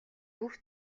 бүх